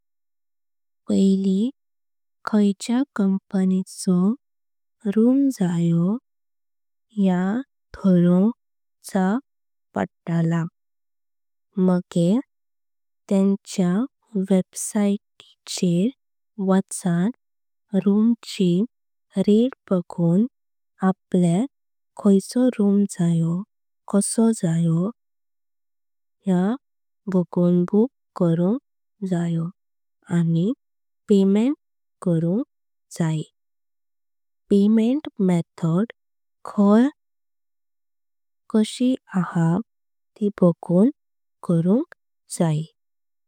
पहिली खायच्या कंपनी चो रूम जायो या ठारोउंक। जया मग तेंच्य वेब्साईट चेर वाचन रूमचे। रेट्स बगुंक जये आणि जो रूम जायो तो बुक। करुंक जायो आणि पेमेंट करुंक जयी पेमेंट मेथड। थय उपलब्ध असता ते निवडुंक जया।